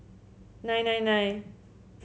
nine nine nine